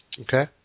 Okay